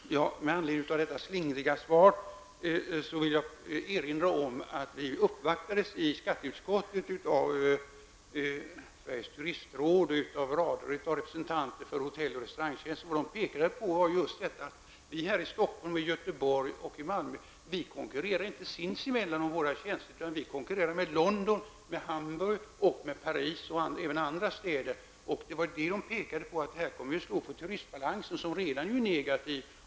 Herr talman! Med anledning av detta slingriga svar vill jag erinra om att skatteutskottet uppvaktades av Sveriges turistråd och flera representanter för hotell och restaurangbranschen. De pekade på att man i Stockholm, Göteborg och Malmö inte konkurrerar sinsemellan om tjänsterna utan med London, Hamburg, Paris och andra städer. De framhöll att skatteomläggningen kommer att slå på turistbalansen som redan är negativ.